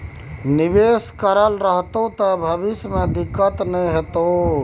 निवेश करल रहतौ त भविष्य मे दिक्कत नहि हेतौ